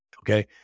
Okay